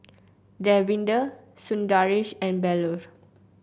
Davinder Sundaresh and Bellur